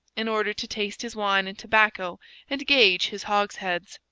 in order to taste his wine and tobacco and gauge his hogsheads.